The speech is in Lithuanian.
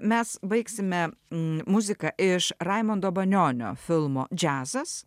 mes baigsime muziką iš raimundo banionio filmo džiazas